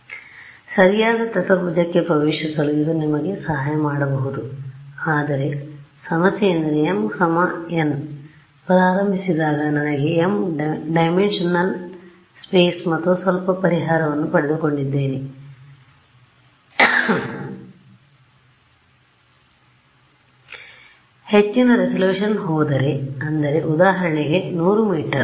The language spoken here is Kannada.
ಆದ್ದರಿಂದ ಸರಿಯಾದ ಚತುರ್ಭುಜಕ್ಕೆ ಪ್ರವೇಶಿಸಲು ಇದು ನಿಮಗೆ ಸಹಾಯ ಮಾಡಬಹುದು ಆದರೆ ಸಮಸ್ಯೆಯೆಂದರೆ m n ಪ್ರಾರಂಭಿಸಿದಾಗ ನನಗೆ m ಡೈಮೆನ್ಶನಲ್ ಸ್ಪೇಸ್ ಮತ್ತು ಸ್ವಲ್ಪ ಪರಿಹಾರವನ್ನು ಪಡೆದುಕೊಂಡಿದ್ದೇನೆ ಹೆಚ್ಚಿನ ರೆಸಲ್ಯೂಶನ್ ಹೋದರೆ ಅಂದರೆ ಉದಾಹರಣೆ 100 ಮೀ